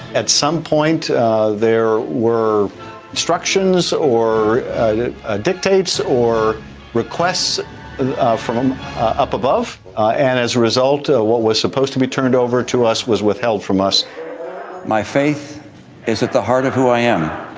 at some point ah there were instructions or dictates or requests from up above. and as a result, what was supposed to be turned over to us was withheld from us my faith is at the heart of who i am.